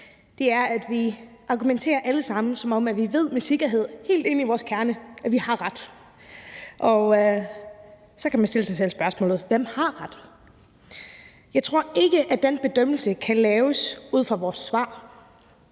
alle sammen argumenterer, som om vi ved med sikkerhed helt ind i vores kerne, at vi har ret. Og så kan man stille sig selv spørgsmålet: Hvem har ret? Jeg tror ikke, at den bedømmelse kan laves ud fra vores svar.